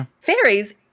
fairies